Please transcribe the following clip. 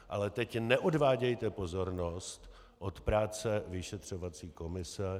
Ale teď neodvádějte pozornost od práce vyšetřovací komise.